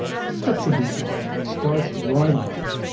fit to be tied, starts right off.